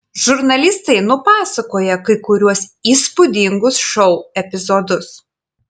žurnalistai nupasakoja kai kuriuos įspūdingus šou epizodus